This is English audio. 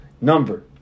Number